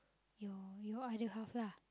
your your other half lah